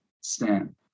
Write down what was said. stand